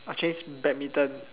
I'll change badminton